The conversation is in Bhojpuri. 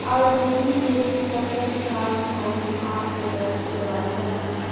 आयुर्वेद में एसे सर दर्द कान आउर आंख के दर्द के दवाई बनला